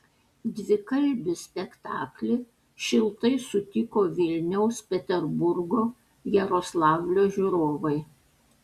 dvikalbį spektaklį šiltai sutiko vilniaus peterburgo jaroslavlio žiūrovai